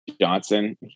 Johnson